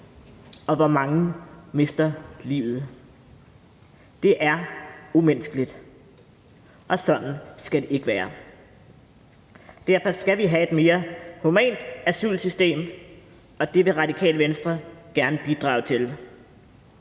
hvor mange mister livet. Det er umenneskeligt, og sådan skal det ikke være. Derfor skal vi have et mere humant asylsystem, og det vil Radikale Venstre gerne bidrage til.